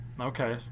Okay